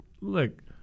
look